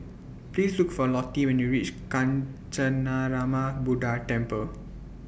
Please Look For Lottie when YOU REACH Kancanarama Buddha Temple